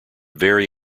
vary